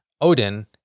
Odin